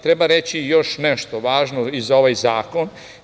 Treba reći još nešto važno i za ovaj zakon.